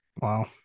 Wow